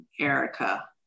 Erica